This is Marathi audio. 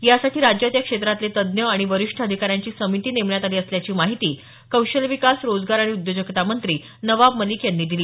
यासाठी राज्यात या क्षेत्रातले तज्ज्ञ आणि वरिष्ठ अधिकाऱ्यांची समिती नेमण्यात आली असल्याची माहिती कौशल्य विकास रोजगार आणि उद्योजकता मंत्री नवाब मलिक यांनी दिली